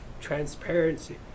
transparency